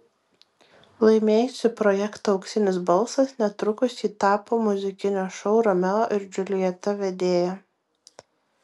laimėjusi projektą auksinis balsas netrukus ji tapo muzikinio šou romeo ir džiuljeta vedėja